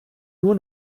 nur